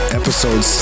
episode